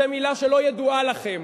זו מלה שלא ידועה לכם.